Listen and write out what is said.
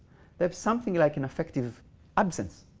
they have something like an affective absence.